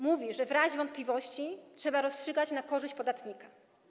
Mówi, że w razie wątpliwości trzeba rozstrzygać na korzyść podatnika.